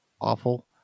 awful